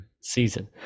season